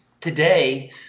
today